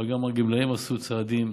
אבל גם הגמלאים עשו צעדים,